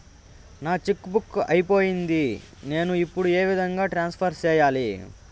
నా cheque book అయిపోయింది నేను ఇప్పుడు ఏ విధంగా ట్రాన్స్ఫర్ సేయాలి?